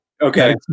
okay